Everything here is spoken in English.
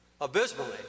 abysmally